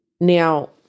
Now